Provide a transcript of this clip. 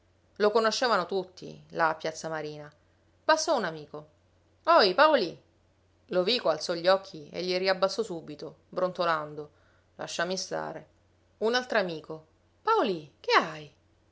lo conoscevano tutti là a piazza marina passò un amico ohi paolì lovico alzò gli occhi e gli riabbassò subito brontolando lasciami stare un altro amico paolì che hai